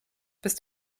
bist